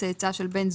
צאצא של בן זוג,